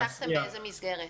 פתחתם באיזו מסגרת?